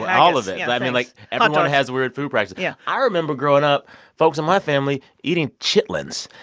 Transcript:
all of it yeah pop-tarts but i mean, like, everyone has weird food practices yeah i remember growing up folks in my family eating chitlins.